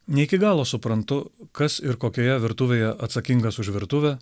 ne iki galo suprantu kas ir kokioje virtuvėje atsakingas už virtuvę